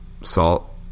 salt